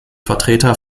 vertreter